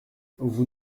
vous